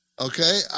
Okay